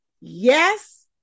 yes